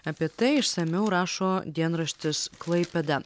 apie tai išsamiau rašo dienraštis klaipėda